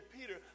Peter